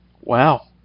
Wow